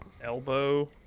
elbow